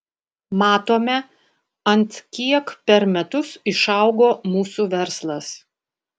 matome ant kiek per metus išaugo mūsų verslas